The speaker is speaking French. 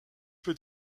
peu